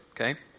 Okay